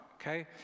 okay